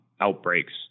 outbreaks